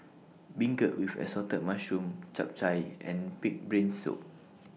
Beancurd with Assorted Mushrooms Chap Chai and Pig'S Brain Soup